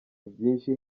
byinshi